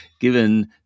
given